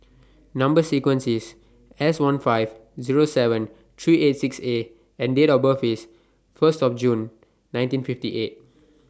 Number sequence IS S one five Zero seven three eight six A and Date of birth IS First of June nineteen fifty eight